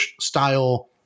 style